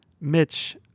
Mitch